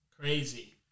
Crazy